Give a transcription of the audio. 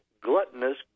gluttonous